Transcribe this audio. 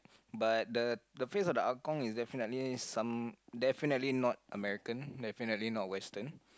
but the the face of the ah-gong is definitely some definitely not American definitely not western